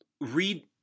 Read